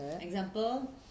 example